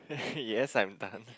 yes I'm done